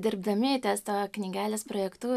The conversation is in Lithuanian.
dirbdami testo knygelės projektu